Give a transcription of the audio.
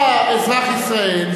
בא אזרח ישראל,